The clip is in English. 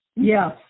yes